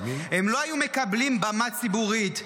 הם לא היו מקבלים במה ציבורית.